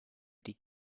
die